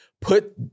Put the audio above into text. Put